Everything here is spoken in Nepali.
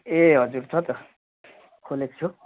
ए हजुर छ त खोलेको छु